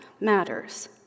matters